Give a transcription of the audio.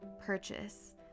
purchase